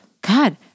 God